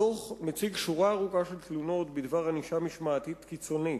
הדוח מציג שורה ארוכה של תלונות בדבר ענישה משמעתית קיצונית.